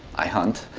i hunt.